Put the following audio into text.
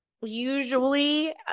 usually